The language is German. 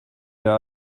der